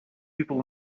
people